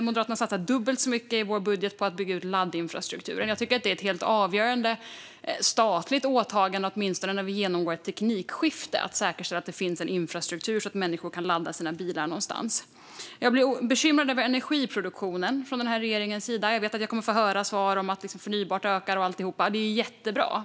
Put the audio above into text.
Moderaterna satsar i vår budget dubbelt så mycket på att bygga ut laddinfrastrukturen. Det är ett helt avgörande statligt åtagande, åtminstone när vi genomgår ett teknikskifte, att säkerställa att det finns en infrastruktur så att människor kan ladda sina bilar. Jag blir bekymrad över den här regeringens politik när det gäller energiproduktionen. Jag vet att jag kommer att få höra svar om att förnybart ökar och alltihop. Det är jättebra.